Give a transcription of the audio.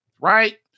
Right